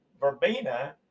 verbena